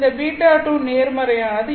இந்த ß2 நேர்மறையானது